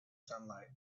sunlight